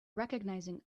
recognizing